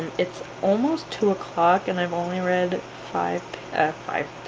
it's almost two o'clock and i've only read five ah five?